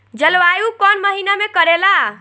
जलवायु कौन महीना में करेला?